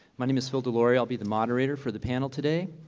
my name is phil deloria. i'll be the moderator for the panel today.